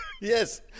Yes